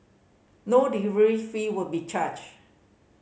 no delivery fee will be charged